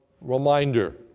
reminder